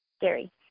Gary